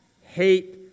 hate